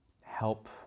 help